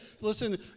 Listen